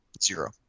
Zero